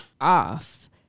off